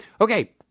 Okay